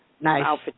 nice